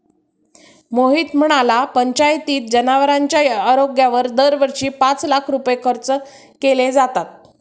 मोहित म्हणाला, पंचायतीत जनावरांच्या आरोग्यावर दरवर्षी पाच लाख रुपये खर्च केले जातात